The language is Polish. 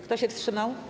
Kto się wstrzymał?